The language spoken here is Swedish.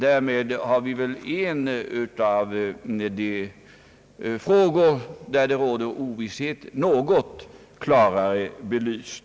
Därmed har väl en av de frågor i vilka det råder ovisshet blivit något klarare belyst.